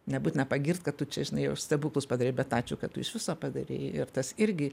nebūtina pagirt kad tu čia žinai jau stebuklus padarei bet ačiū kad tu iš viso padarei ir tas irgi